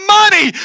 money